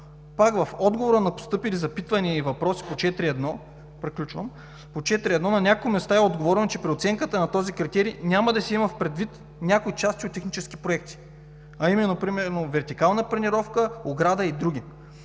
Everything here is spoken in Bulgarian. Пак в отговора на постъпили запитвания и въпроси по 4.1 на няколко места е отговорено, че при оценката на този критерий няма да се имат предвид някои части от технически проекти, а именно вертикална планировка, ограда и други.